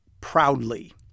proudly